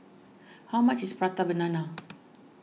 how much is Prata Banana